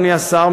אדוני השר,